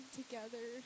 together